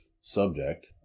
subject